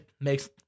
makes